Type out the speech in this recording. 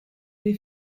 l’ai